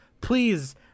please